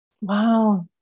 Wow